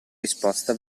risposta